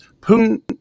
Putin